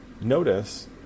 Notice